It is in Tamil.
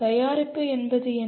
தயாரிப்பு என்பது என்ன